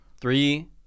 three